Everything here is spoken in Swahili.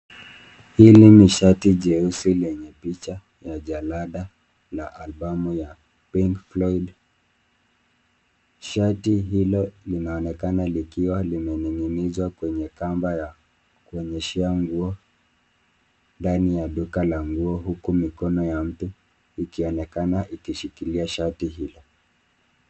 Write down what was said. Hili ni shati jeusi lenye picha ya jalada la albamu ya Pink Floyd. Shati hilo linaonekana likiwa limening'inizwa kwenye kamba ya kuonyeshea nguo ndani ya duka la nguo huku mikono ya mtu ikionekana ikishikilia shati hilo.